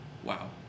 Wow